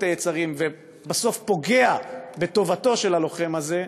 היצרים ובסוף פוגע בטובתו של הלוחם הזה,